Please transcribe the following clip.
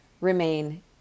remain